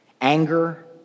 Anger